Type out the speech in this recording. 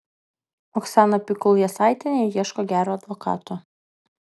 oksana pikul jasaitienė ieško gero advokato